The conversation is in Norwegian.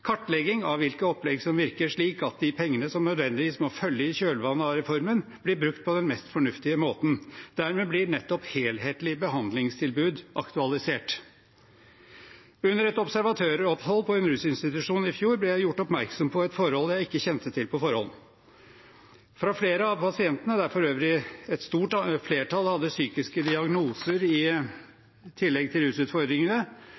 kartlegging av hvilke opplegg som virker, slik at de pengene som nødvendigvis må følge i kjølvannet av reformen, blir brukt på den mest fornuftige måten. Dermed blir nettopp helhetlig behandlingstilbud aktualisert. Under et observatøropphold på en rusinstitusjon i fjor ble jeg gjort oppmerksom på et forhold jeg ikke kjente til på forhånd. Fra flere av pasientene, der for øvrig et stort flertall hadde psykiske diagnoser i